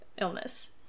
Illness